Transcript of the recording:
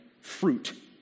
fruit